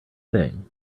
thing